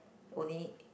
only